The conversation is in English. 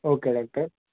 okay doctor